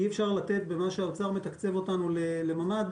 אי-אפשר לתת מענה רחב יותר במה שהאוצר מתקצב אותנו לממ"ד,